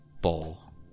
ball